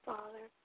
Father